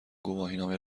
گواهینامه